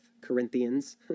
Corinthians